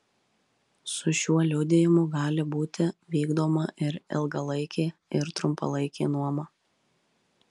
su šiuo liudijimu gali būti vykdoma ir ilgalaikė ir trumpalaikė nuoma